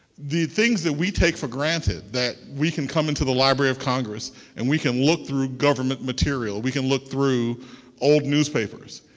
the things that we take for granted, that we can come into the library of congress and we can look through government material, we can look through old newspapers,